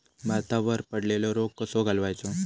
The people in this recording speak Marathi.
भातावर पडलेलो रोग कसो घालवायचो?